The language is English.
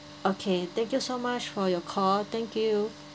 okay thank you so much for your call thank you